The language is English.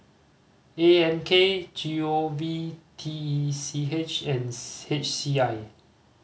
A M K G O V T E C H and H C I